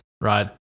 right